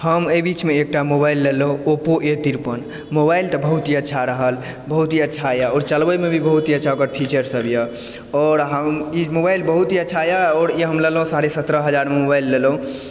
हम एहि बीचमे एकटा मोबाइल लेलहुँ ओप्पो ए तिरपन मोबाइल तऽ बहुत ही अच्छा रहल बहुत ही अच्छाए आओर चलबयमे भी बहुत ही अच्छा ओकर फीचरसभए आओर अहाँ ई मोबाइल बहुत ही अच्छाए आओर ई ललहुँ हम साढ़े सत्रह हजारमे मोबाइल ललहुँ